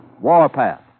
Warpath